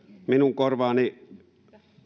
minun korvaani